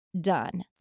done